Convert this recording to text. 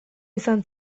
izan